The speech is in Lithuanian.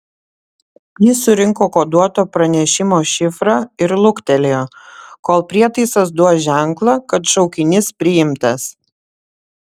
jis surinko koduoto pranešimo šifrą ir luktelėjo kol prietaisas duos ženklą kad šaukinys priimtas